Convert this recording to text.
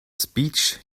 speech